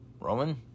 Roman